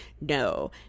No